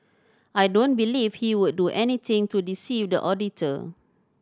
I don't believe he would do anything to deceive the auditor